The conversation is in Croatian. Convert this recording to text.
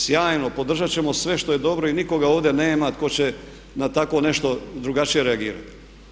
Sjajno, podržat ćemo sve što je dobro i nikoga ovdje nema tko će na takvo nešto drugačije reagirati.